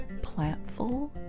plantful